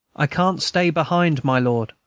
i can't stay behind, my lord,